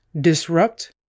Disrupt